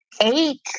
Eight